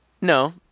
no